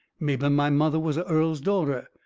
mebby my mother was a earl's daughter.